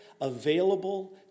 available